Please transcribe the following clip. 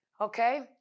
okay